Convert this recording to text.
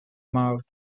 mouth